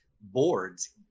boards